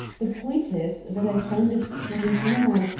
the point is that i found a strange man,